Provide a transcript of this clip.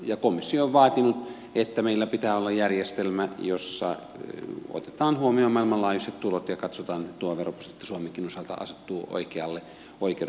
komissio on vaatinut että meillä pitää olla järjestelmä jossa otetaan huomioon maailmanlaajuiset tulot ja katsotaan että tuo veroprosentti suomenkin osalta asettuu oikealle oikeudenmukaiselle tasolle